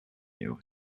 you